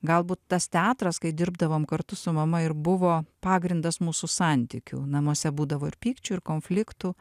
galbūt tas teatras kai dirbdavom kartu su mama ir buvo pagrindas mūsų santykių namuose būdavo ir pykčių ir konfliktų